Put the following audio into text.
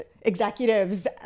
executives